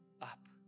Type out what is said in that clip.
up